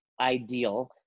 ideal